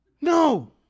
No